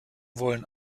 wollen